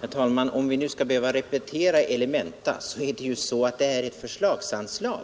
Herr talman! Om vi nu skall behöva repetera elementa är det så att detta är ett förslagsanslag.